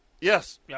Yes